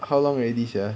how long already sia